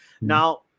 now